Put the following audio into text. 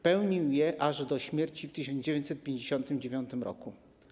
Pełnił je aż do śmierci w 1959 r.